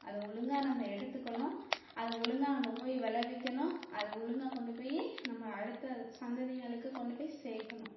அதை ஒழுங்கா நம்ம எடுத்துக்கணும் அதை ஒழுங்கா நம்ம போய் வெள வைக்கணும் அதை ஒழுங்கா கொண்டுப் போய் நம்ம அடுத்த சந்ததிங்களுக்கு கொண்டுப் போய் சேர்க்கணும்